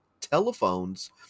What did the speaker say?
telephones